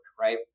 right